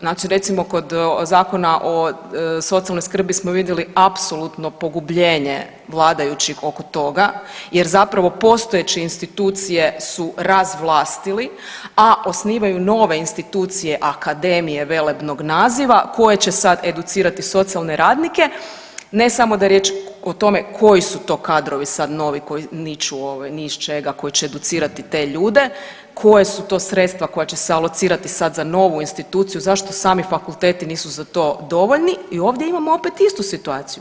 Znači recimo kod Zakona o socijalnoj skrbi smo vidjeli apsolutno pogubljenje vladajućih oko toga jer zapravo postojeće institucije su razvlastili, a osnivaju nove institucije akademije velebnog naziva koji će sad educirati socijalne radnike, ne samo da je riječ o tome koji su to kadrovi sad novi koji niču ovaj ni iz čega koji će educirati te ljude, koja su to sredstva koja će se alocirati sad za novu instituciju, zašto sami fakulteti nisu za to dovoljni i ovdje imamo opet istu situaciju.